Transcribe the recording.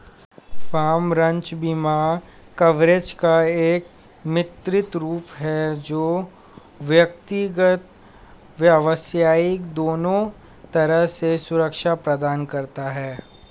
farm, ranch बीमा coverage का एक मिश्रित रूप है जो व्यक्तिगत, व्यावसायिक दोनों तरह से सुरक्षा प्रदान करता है